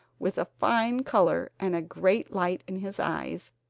with a fine color, and a great light in his eyes,